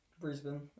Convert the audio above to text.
Brisbane